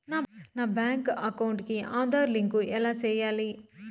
నా bank account కి Aadhaar link ఎలా సేయాలి